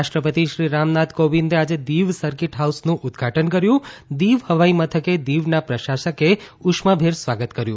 રાષ્ટ્રપતિ શ્રી રામનાથ કોવિંદે આજે દીવ સરકીટ હાઉસનું ઉદઘાટન કર્યું દીવ હવાઈ મથકે દીવના પ્રશાસકે ઉષ્માભેર સ્વાગત કર્યું